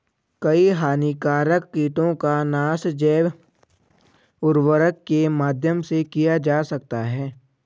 कई हानिकारक कीटों का नाश जैव उर्वरक के माध्यम से किया जा सकता है